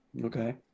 Okay